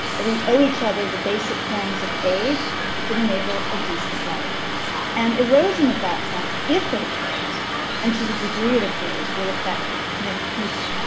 that we owe each other the basic forms of aid that enable a decent life and erosion of that sense if it occurs and to the degree it occurs will affect many people.